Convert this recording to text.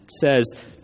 says